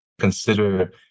Consider